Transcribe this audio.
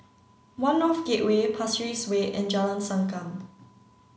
one North Gateway Pasir Ris Way and Jalan Sankam